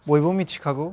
बयबो मिथिखागौ